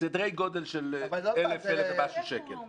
סדרי-גודל של 1,000, 1,000 ומשהו שקל.